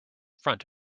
front